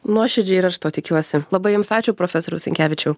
nuoširdžiai ir aš to tikiuosi labai jums ačiū profesoriau sinkevičiau